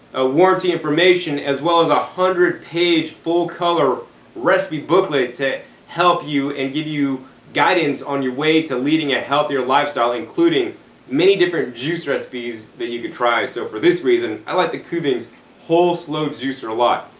ah warrantee information, as well as ah a hundred page full-color recipe booklet to help you and give you guidance on your way to living a healthier lifestyle, including many different juice recipes you can try. so for this reason, i like the kuvings whole slow juicer a lot.